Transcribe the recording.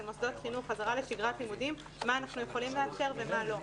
מוסדות חינוך לשגרת לימודים מה אנחנו יכולים לאפשר ומה לא.